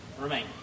remain